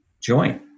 join